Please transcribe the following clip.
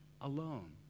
alone